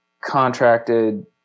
contracted